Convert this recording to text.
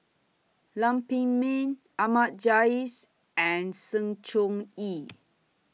Lam Pin Min Ahmad Jais and Sng Choon Yee